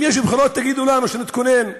אם יש בחירות, תגידו לנו, שנתכונן,